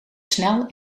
snel